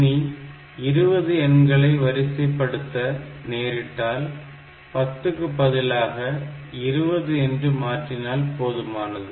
இனி 20 எண்களை வரிசைப்படுத்த நேரிட்டடால் 10 க்கு பதிலாக 20 என்று மாற்றினால் போதுமானது